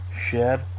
shed